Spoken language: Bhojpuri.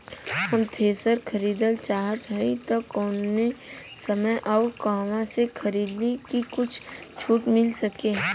हम थ्रेसर खरीदल चाहत हइं त कवने समय अउर कहवा से खरीदी की कुछ छूट मिल सके?